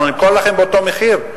אנחנו נמכור לכם באותו מחיר?